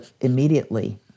immediately